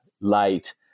light